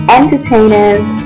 entertainers